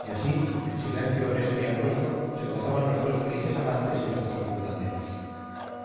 y así en silencio honesto y amoroso se gozaban los dos felices amantes y esposos verdaderos